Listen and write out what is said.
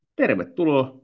tervetuloa